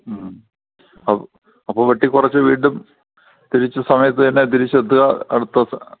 ആ അപ്പോൾ വെട്ടിക്കുറച്ച് വീണ്ടും തിരിച്ച് സമയത്ത് തന്നെ തിരിച്ച് എത്തുക അടുത്ത